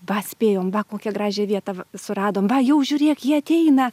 va spėjome va kokią gražią vietą suradom va jau žiūrėk jie ateina